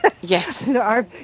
yes